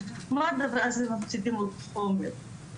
אז הם מפסידים עוד חומר.